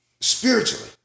spiritually